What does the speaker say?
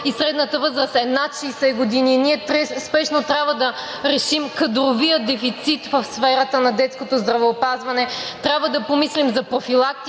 и средната възраст е над 60 години. Ние спешно трябва да решим кадровия дефицит в сферата на детското здравеопазване, трябва да помислим за профилактиката…